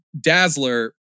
Dazzler